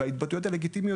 ההתבטאויות הללו,